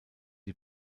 die